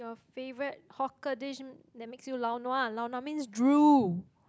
you favourite hawker dish that makes you lao-nua lao-nua means drool